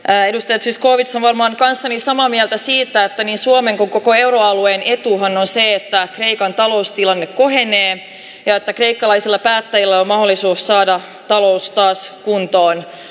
äidistä siskoista maailman kanssani samaa mieltä siitä pohjoismaiden neuvoston suomen koko euroalueen etuhan on se että on hyvä taloustilanne kohenee tältä kreikkalaisilla päättäjillä on mahdollisuus saada talous taas kuntoon